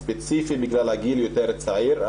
ספציפית בגלל הגיל היותר צעיר.